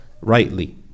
rightly